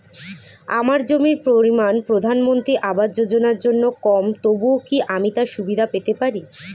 আমার জমির পরিমাণ প্রধানমন্ত্রী আবাস যোজনার জন্য কম তবুও কি আমি তার সুবিধা পেতে পারি?